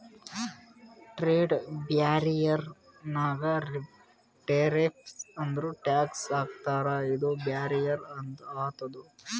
trade barrier ನಾಗ್ tariffs ಅಂದುರ್ tax ಹಾಕ್ತಾರ ಇದು ಬ್ಯಾರಿಯರ್ ಆತುದ್